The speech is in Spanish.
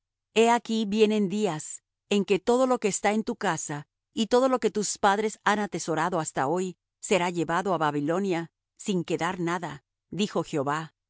he aquí vienen días en que todo lo que está en tu casa y todo lo que tus padres han atesorado hasta hoy será llevado á babilonia sin quedar nada dijo jehová